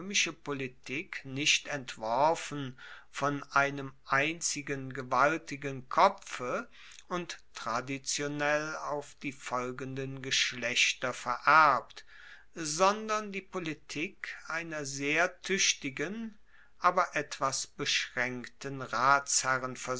politik nicht entworfen von einem einzigen gewaltigen kopfe und traditionell auf die folgenden geschlechter vererbt sondern die politik einer sehr tuechtigen aber etwas beschraenkten